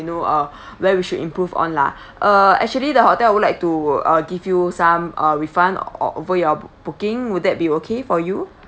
know uh where we should improve on lah uh actually the hotel would like to uh give you some uh refund ov~ over your booking would that be okay for you